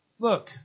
Look